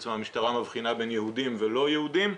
המשטרה מבחינה בין יהודים ולא יהודים,